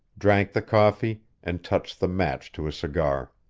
drank the coffee, and touched the match to a cigar.